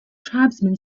tribesman